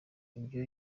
ibyo